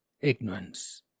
Ignorance